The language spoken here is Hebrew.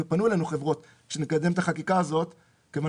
פנו אלינו חברות שנקדם את החקיקה הזאת כיוון